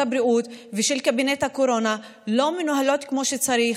הבריאות ושל קבינט הקורונה לא מנוהלות כמו שצריך.